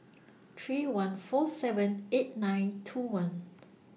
three one four seven eight nine two one